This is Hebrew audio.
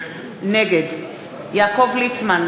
נגד יעקב ליצמן,